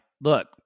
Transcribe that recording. look